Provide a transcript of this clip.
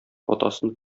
атасын